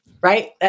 Right